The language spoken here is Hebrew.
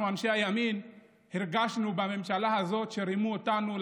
אנשי הימין הרגשנו בממשלה הזאת שרימו אותנו,